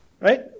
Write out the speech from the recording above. Right